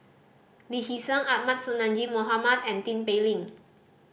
Lee Hee Seng Ahmad Sonhadji Mohamad and Tin Pei Ling